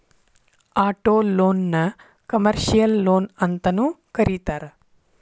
ಆಟೊಲೊನ್ನ ಕಮರ್ಷಿಯಲ್ ಲೊನ್ಅಂತನೂ ಕರೇತಾರ